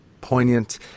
poignant